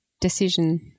decision